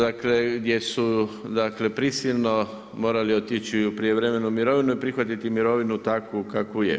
Dakle gdje su, dakle prisilno morali otići u prijevremenu mirovinu i prihvatiti mirovinu takvu kakva je.